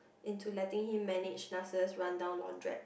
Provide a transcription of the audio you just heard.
into letting him manage Nasser's rundown laundrette